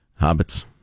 hobbits